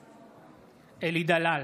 נגד אלי דלל,